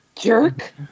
Jerk